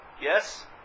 yes